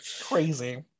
crazy